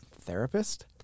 therapist